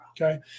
Okay